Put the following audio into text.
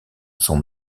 son